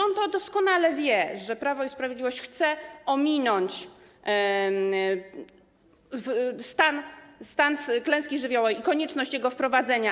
On doskonale wie, że Prawo i Sprawiedliwość chce ominąć stan klęski żywiołowej i konieczność jego wprowadzenia.